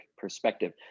Perspective